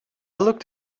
looked